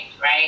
right